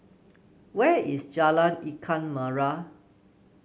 where is Jalan Ikan Merah